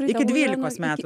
iki dvylikos metų